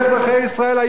כולל החילונים,